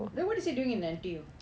then what is he doing in N_T_U